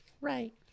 Right